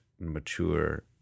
mature